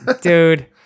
Dude